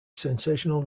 sensational